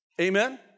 Amen